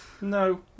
No